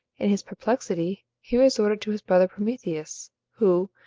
in his perplexity he resorted to his brother prometheus, who,